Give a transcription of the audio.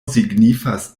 signifas